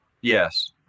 yes